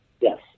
Yes